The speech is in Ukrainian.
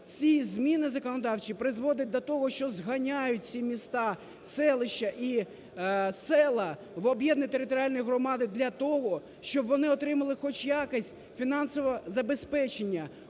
ці зміни законодавчі призводять до того, що зганяють ці міста, селища і села в об'єднані територіальні громади для того, щоб вони отримали хоч якось фінансове забезпечення,